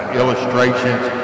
illustrations